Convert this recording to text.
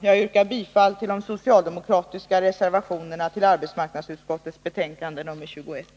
Jag yrkar bifall till de socialdemokratiska reservationerna vid arbetsmarknadsutskottets betänkande nr 21.